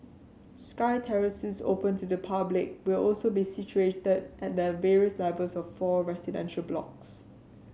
sky terraces open to the public will also be situated at the various levels of four residential blocks